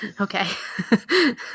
Okay